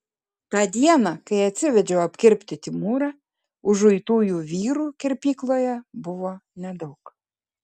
tą dieną kai atsivedžiau apkirpti timūrą užuitųjų vyrų kirpykloje buvo nedaug